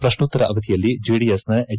ಪ್ರಶ್ನೋತ್ತರ ಅವಧಿಯಲ್ಲಿ ಜೆಡಿಎಸ್ನ ಎಚ್